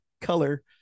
color